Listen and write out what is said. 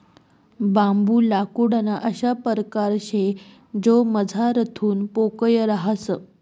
बांबू लाकूडना अशा परकार शे जो मझारथून पोकय रहास